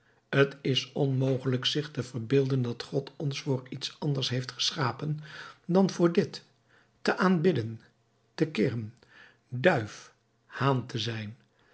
t is onmogelijk zich te verbeelden dat god ons voor iets anders heeft geschapen dan voor dit te aanbidden te kirren duif haan te zijn